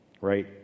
right